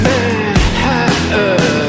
Manhattan